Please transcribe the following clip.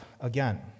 again